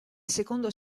secondo